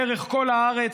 דרך כל הארץ,